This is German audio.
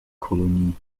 kolonie